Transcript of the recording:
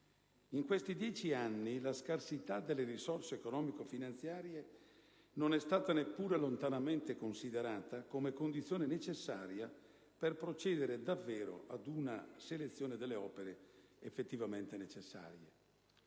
In questi dieci anni, la scarsità delle risorse economico-finanziarie non è stata neppure lontanamente considerata come condizione necessaria per procedere davvero ad una selezione delle opere effettivamente necessarie.